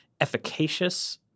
efficacious